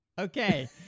Okay